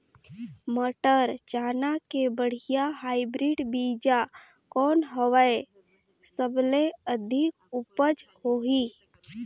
मटर, चना के बढ़िया हाईब्रिड बीजा कौन हवय? सबले अधिक उपज होही?